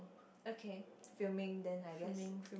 okay filming then I guess